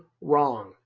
wrong